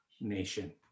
nation